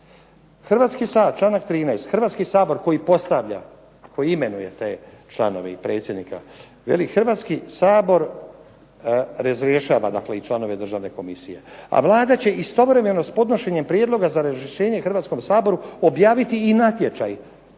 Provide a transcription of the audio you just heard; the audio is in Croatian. stranački džep. Članak 13., Hrvatski sabor koji postavlja, koji imenuje te članove i predsjednika, veli Hrvatski sabor razrješava dakle i članove državne komisije, a Vlada će istovremeno s podnošenjem prijedloga za razrješenje Hrvatskom saboru objaviti i natječaj